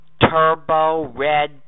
turbo-red